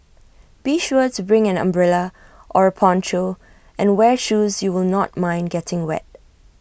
be sure to bring an umbrella or A poncho and wear shoes you will not mind getting wet